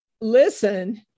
listen